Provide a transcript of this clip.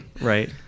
Right